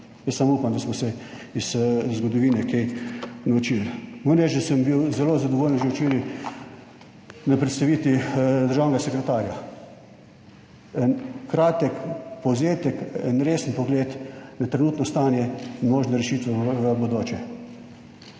Jaz samo upam, da smo se iz zgodovine kaj naučili. Moram reči, da sem bil zelo zadovoljen že včeraj na predstavitvi državnega sekretarja. En kratek povzetek, en resen pogled na trenutno stanje in možne rešitve v bodoče.